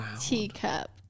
teacup